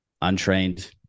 untrained